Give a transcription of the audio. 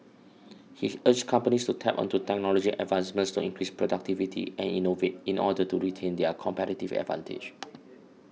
he urged companies to tap onto technology advancements to increase productivity and innovate in order to retain their competitive advantage